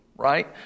Right